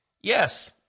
Yes